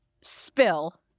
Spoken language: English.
spill